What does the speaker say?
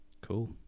cool